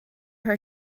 her